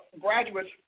graduates